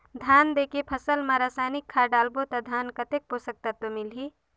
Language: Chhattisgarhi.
धान देंके फसल मा रसायनिक खाद डालबो ता धान कतेक पोषक तत्व मिलही?